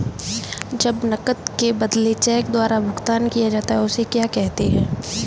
जब नकद के बदले चेक द्वारा भुगतान किया जाता हैं उसे क्या कहते है?